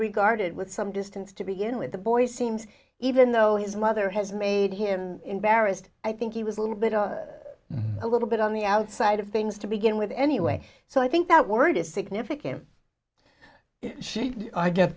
regarded with some distance to begin with the boy seems even though his mother has made him in barest i think he was a little bit a little bit on the outside of things to begin with anyway so i think that word is significant she i get